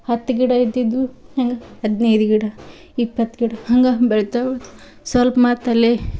ಹತ್ತು ಗಿಡ ಇದ್ದಿದ್ದು ಹಂಗೆ ಹದಿನೈದು ಗಿಡ ಇಪ್ಪತ್ತು ಗಿಡ ಹಂಗೆ ಬೆಳಿತಾ ಬೆಳಿ ಸೊಲ್ಪ ಮತ್ತೆ ಅಲ್ಲಿ